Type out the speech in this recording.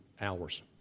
hours